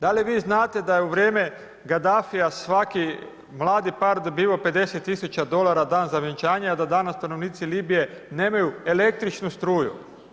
Da li vi znate da je u vrijeme Gadafija svaki mladi par dobivao 50 000 dolara dan za vjenčanje, a danas stanovnici Libije nemaju električnu struju?